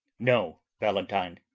no, valentine.